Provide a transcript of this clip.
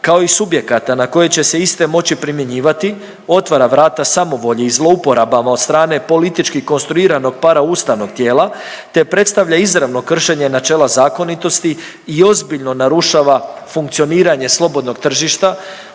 kao i subjekata na koje će se iste moći primjenjivati otvara vrata samovolji i zlouporabama od strane politički konstruiranog paraustavnog tijela te predstavlja izravno kršenje načela zakonitosti i ozbiljno narušava funkcioniranje slobodnog tržišta